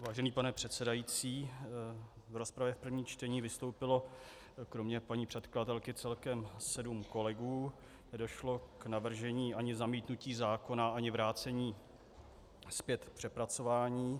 Vážená paní předsedající, v rozpravě v prvním čtení vystoupilo kromě paní předkladatelky celkem sedm kolegů, nedošlo ani k navržení zamítnutí zákona ani vrácení zpět k přepracování.